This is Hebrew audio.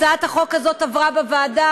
הצעת החוק הזאת עברה בוועדה,